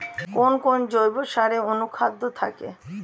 কোন কোন জৈব সারে অনুখাদ্য থাকে?